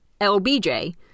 LBJ